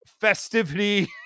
festivity